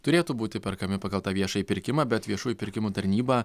turėtų būti perkami pagal tą viešąjį pirkimą bet viešųjų pirkimų tarnyba